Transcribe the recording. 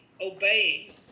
obeying